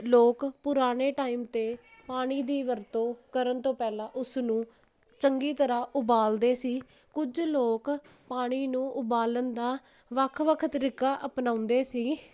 ਲੋਕ ਪੁਰਾਣੇ ਟਾਈਮ ਤੇ ਪਾਣੀ ਦੀ ਵਰਤੋਂ ਕਰਨ ਤੋਂ ਪਹਿਲਾਂ ਉਸ ਨੂੰ ਚੰਗੀ ਤਰ੍ਹਾਂ ਉਬਾਲਦੇ ਸੀ ਕੁਝ ਲੋਕ ਪਾਣੀ ਨੂੰ ਉਬਾਲਣ ਦਾ ਵੱਖ ਵੱਖ ਤਰੀਕਾ ਅਪਣਾਉਂਦੇ ਸੀ